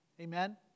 Amen